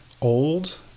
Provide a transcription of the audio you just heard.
old